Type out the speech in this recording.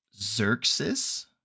Xerxes